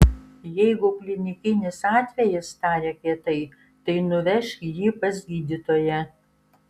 jeigu klinikinis atvejis tarė kietai tai nuvežk jį pas gydytoją